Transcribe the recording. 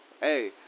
Hey